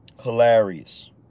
Hilarious